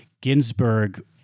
Ginsburg